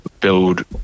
build